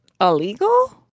illegal